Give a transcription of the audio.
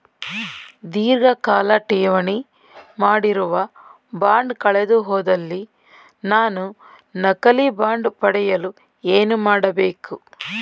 ಧೀರ್ಘಕಾಲ ಠೇವಣಿ ಮಾಡಿರುವ ಬಾಂಡ್ ಕಳೆದುಹೋದಲ್ಲಿ ನಾನು ನಕಲಿ ಬಾಂಡ್ ಪಡೆಯಲು ಏನು ಮಾಡಬೇಕು?